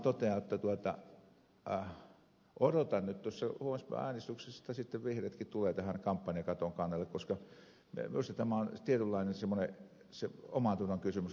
ihan lopuksi vaan totean että odotan huomisessa äänestyksessä että vihreätkin tulevat tämän kampanjakaton kannalle koska minusta tämä on semmoinen tietynlainen omantunnon kysymys